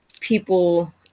people